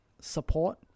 support